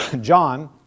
John